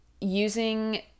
using